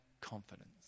confidence